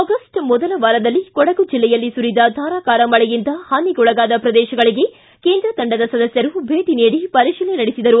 ಆಗು್ಲೆ ಮೊದಲ ವಾರದಲ್ಲಿ ಕೊಡಗು ಜಿಲ್ಲೆಯಲ್ಲಿ ಸುರಿದ ಧಾರಾಕಾರ ಮಳೆಯಿಂದ ಹಾನಿಗೊಳಗಾದ ಪ್ರದೇಶಗಳಿಗೆ ಕೇಂದ್ರ ತಂಡದ ಸದಸ್ಕರು ಭೇಟ ನೀಡಿ ಪರಿತೀಲನೆ ನಡೆಸಿದರು